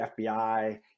FBI